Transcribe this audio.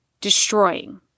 destroying